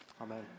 Amen